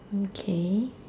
okay